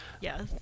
yes